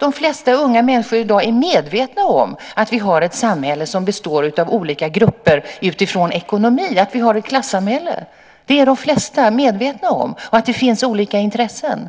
De flesta unga människor är i dag medvetna om att vi har ett samhälle som består av olika grupper utifrån ekonomi, att vi har ett klassamhälle. Det är de flesta medvetna om, likaså att det finns olika intressen